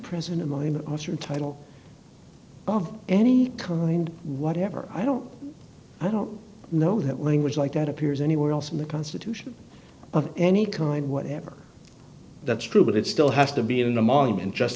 altering title of any kind whatever i don't i don't know that language like that appears anywhere else in the constitution of any kind whatever that's true but it still has to be in a monument just